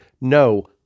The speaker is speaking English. no